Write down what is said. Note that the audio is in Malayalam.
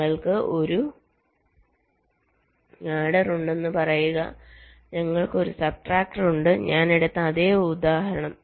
ഞങ്ങൾക്ക് ഒരു ആഡർ ഉണ്ടെന്ന് പറയുക ഞങ്ങൾക്ക് ഒരു സബ്ട്രാക്ടർ ഉണ്ട് ഞാൻ എടുത്ത അതേ ഉദാഹരണം